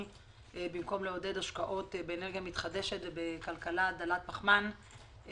במקום לעודד השקעות באנרגיה מתחדשת ובכלכלה דלת פחמן,